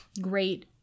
great